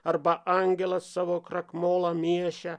arba angelas savo krakmolą miešia